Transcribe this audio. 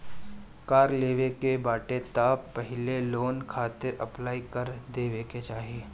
कार लेवे के बाटे तअ पहिले लोन खातिर अप्लाई कर देवे के चाही